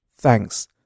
thanks